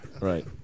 right